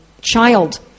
child